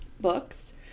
books